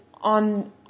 on